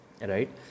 right